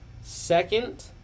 Second